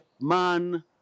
man